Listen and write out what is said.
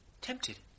tempted